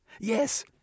Yes